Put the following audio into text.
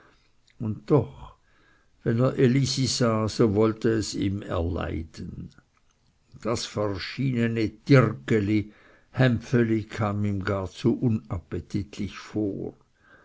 und doch wenn er elisi sah so wollte es ihm erleiden das verschienene tirggeli hämpfeli kam ihm gar zu unappetitlich vor